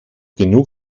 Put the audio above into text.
genug